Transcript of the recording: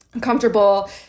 comfortable